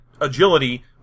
agility